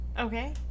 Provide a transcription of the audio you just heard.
Okay